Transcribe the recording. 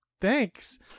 thanks